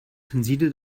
tenside